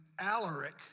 Alaric